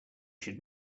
should